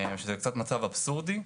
שזה קצת מצב אבסורדי.